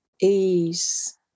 ease